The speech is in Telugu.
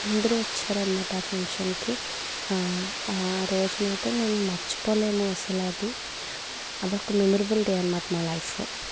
అందరూ వచ్చారనమాట ఆ ఫంక్షన్కి ఆ రోజున అయితే మేము మర్చిపోలేం అసల అది ఒక మెమరబుల్ డే అనమాట మా లైఫ్లో